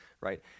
Right